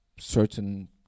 certain